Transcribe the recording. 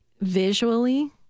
visually